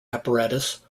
apparatus